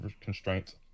constraints